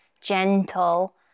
gentle